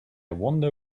wonder